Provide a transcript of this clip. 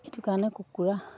সেইটো কাৰণে কুকুৰা